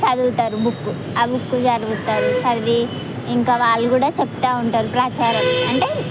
చదువుతారు బుక్ ఆ బుక్ చదువుతారు చదివి ఇంకా వాళ్ళు కూడా చెప్తా ఉంటారు ప్రచారాలు అంటే